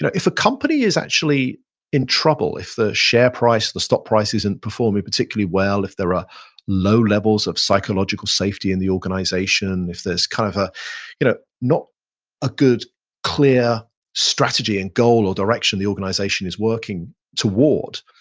if a company is actually in trouble, if the share price, the stock price isn't performing particularly well, if there are low levels of psychological safety in the organization, if there's kind of ah you know not a good clear strategy and goal or direction the organization is working toward,